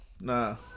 nah